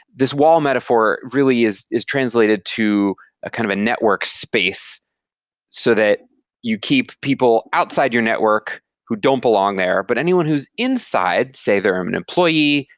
this wall metaphor really is is translated to ah kind of a network space so that you keep people outside your network who don't belong there, but anyone who's inside, say, they're um an employee,